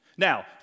Now